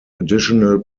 additional